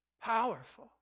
powerful